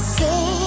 say